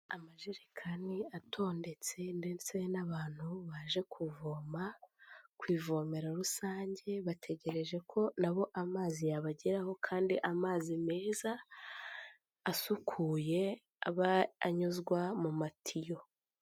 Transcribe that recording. Amajerekani atondetse ndetse n'abantu baje kuvoma ku ivomero rusange bategereje ko nabo amazi yabageraho kandi amazi meza asukuye aba anyuzwa mu matiyo.